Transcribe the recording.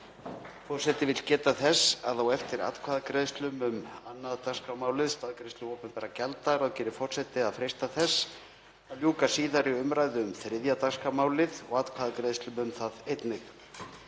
Forseti vill geta þess að á eftir atkvæðagreiðslum um 2. dagskrármálið, staðgreiðslu opinberra gjalda, ráðgerir forseti að freista þess að ljúka síðari umræðu um 3. dagskrármálið og atkvæðagreiðslum um það einnig.